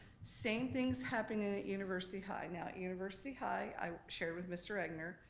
same thing's happening ah at university high. now at university high, i shared with mr. egnor,